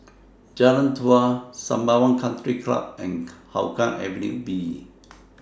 Jalan Dua Sembawang Country Club and Hougang Avenue B